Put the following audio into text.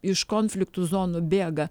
iš konfliktų zonų bėga